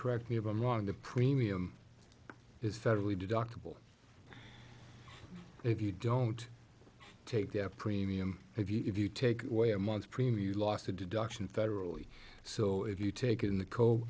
correct me if i'm wrong the premium is federally deductible if you don't take their premium if you if you take away a month's premium you lost a deduction federally so if you take in the cold